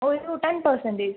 ഒരു ten percentage